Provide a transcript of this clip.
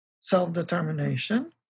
self-determination